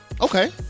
Okay